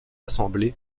assemblée